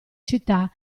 città